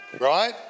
right